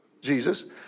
Jesus